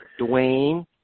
Dwayne